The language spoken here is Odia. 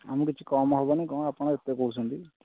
ଆମକୁ କିଛି କମ୍ ହେବନି କ'ଣ ଆପଣ ଏତେ କହୁଛନ୍ତି